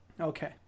Okay